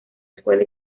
escuela